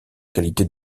qualité